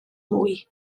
mwy